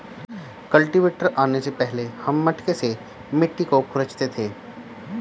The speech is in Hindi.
कल्टीवेटर आने से पहले हम मटके से मिट्टी को खुरंचते थे